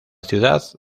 ciudad